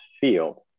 field